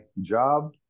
job